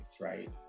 right